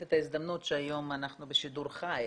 את ההזדמנות שהיום אנחנו בשידור חי,